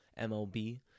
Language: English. MLB